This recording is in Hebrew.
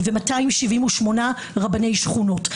ו-278 רבני שכונות.